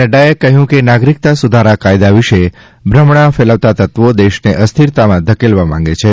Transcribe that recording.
નફાએ કહ્યું કે નાગરિકતા સુધારા કાયદા વિષે ભ્રમણા ફેલાવતાતત્વો દેશ ને અસ્થિરતા માં ધકેલવા માંગે છે